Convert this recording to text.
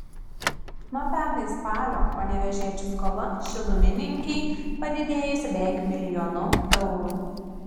nuo pernai spalio panevėžiečių skola šilumininkei padidėjusi beveik milijonu eurų